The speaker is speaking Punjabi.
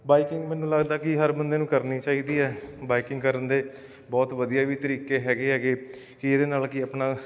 ਬਾਈਕਿੰਗ ਮੈਨੂੰ ਲੱਗਦਾ ਕਿ ਹਰ ਬੰਦੇ ਨੂੰ ਕਰਨੀ ਚਾਹੀਦੀ ਹੈ ਬਾਈਕਿੰਗ ਕਰਨ ਦੇ ਬਹੁਤ ਵਧੀਆ ਵੀ ਤਰੀਕੇ ਹੈਗੇ ਹੈਗੇ ਕਿ ਇਹਦੇ ਨਾਲ ਕਿ ਆਪਣਾ